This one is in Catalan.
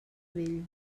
vell